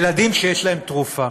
ילדים שיש להם תרופה.